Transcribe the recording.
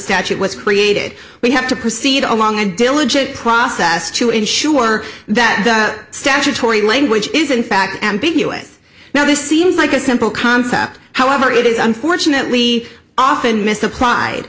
statute was created we have to proceed along and diligent process to ensure that the statutory language is in fact ambiguous now this seems like a simple concept however it is unfortunately often misapplied